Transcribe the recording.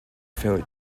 fer